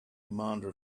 commander